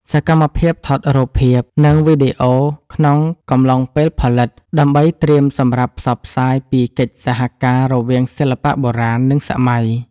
សកម្មភាពថតរូបភាព និងវីដេអូក្នុងកំឡុងពេលផលិត ដើម្បីត្រៀមសម្រាប់ផ្សព្វផ្សាយពីកិច្ចសហការរវាងសិល្បៈបុរាណ និងសម័យ។